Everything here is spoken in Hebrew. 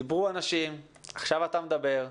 דיברו אנשים ועכשיו אתה מדבר.